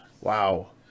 wow